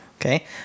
Okay